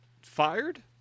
fired